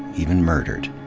even murdered.